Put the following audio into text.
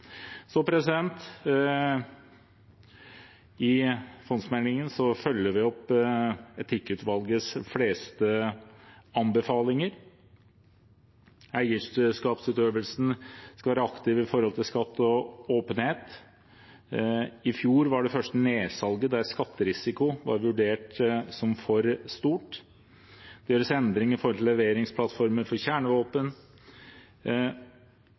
fondsmeldingen følger vi opp de fleste av Etikkutvalgets anbefalinger: Eierskapsutøvelsen skal være aktiv når det gjelder skatt og åpenhet. I fjor skjedde det første nedsalget der skatterisikoen ble vurdert som for stor. Det gjøres endringer når det gjelder leveringsplattformer for kjernevåpen.